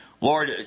Lord